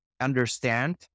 understand